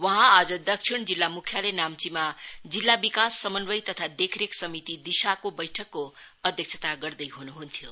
वहाँ आज दक्षिण जिल्ला मुख्यालय नाम्चीमा जिल्ला विकास समन्वय तथा देखरेख समिति दिशाको बैठकको अध्यक्षता गर्दै हुनुहुन्थ्यो